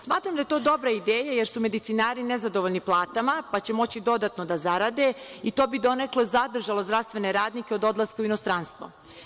Smatram da je to dobra ideja, jer su medicinari nezadovoljni platama, pa će moći dodatno da zarade i to bi donekle zadržalo zdravstvene radnike od odlaska u inostranstvo.